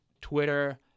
Twitter